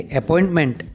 appointment